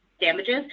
damages